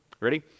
Ready